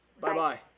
Bye-bye